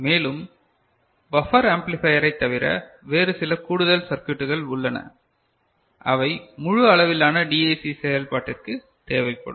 மேலும் பஃபர் ஆம்ப்ளிபையரைத் தவிர வேறு சில கூடுதல் சர்க்யூட்டுகள் உள்ளன அவை முழு அளவிலான டிஏசி செயல்பாட்டிற்கு தேவைப்படும்